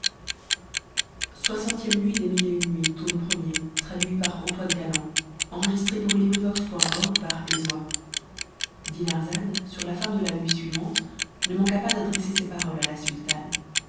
nuit dinarzade sur la fin de la nuit suivante ne manqua pas d'adresser ces paroles à la sultane